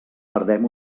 perdem